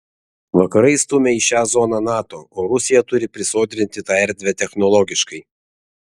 vakarai stumia į šią zoną nato o rusija turi prisodrinti tą erdvę technologiškai